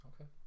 okay